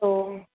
hello